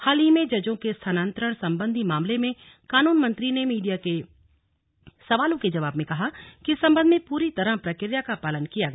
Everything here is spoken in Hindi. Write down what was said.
हाल ही में जजों के स्थानांतरण संबंधी मामले में कानून मंत्री ने मीडिया के सवालों के जवाब में कहा कि इस संबंध में पूरी तरह प्रक्रिया का पालन किया गया